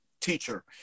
teacher